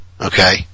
okay